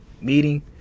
meeting